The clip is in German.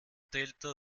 delta